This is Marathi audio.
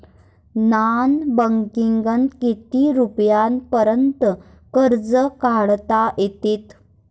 नॉन बँकिंगनं किती रुपयापर्यंत कर्ज काढता येते?